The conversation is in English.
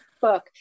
book